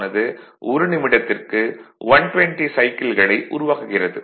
ஆனது 1 நிமிடத்திற்கு 120 சைக்கிள்களை உருவாக்குகிறது